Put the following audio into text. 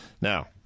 Now